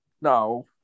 No